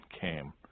came